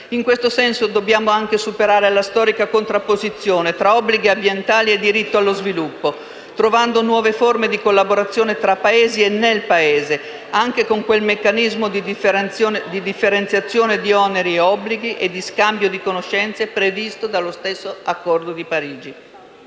In questo senso, dobbiamo anche superare la storica contrapposizione tra obblighi ambientali e diritto allo sviluppo, trovando nuove forme di collaborazione tra Paesi e nel Paese, anche con quel meccanismo di differenziazione di oneri e obblighi e di scambio di conoscenze previsto dallo stesso Accordo di Parigi.